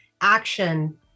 action